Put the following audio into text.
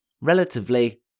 relatively